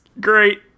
Great